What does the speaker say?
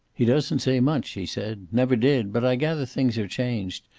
he doesn't say much, he said. never did. but i gather things are changed,